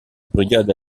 brigade